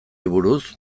buruz